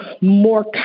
more